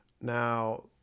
Now